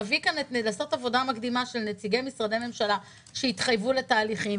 לעשות עבודה מקדימה של נציגי משרדי ממשלה שהתחייבו לתהליכים.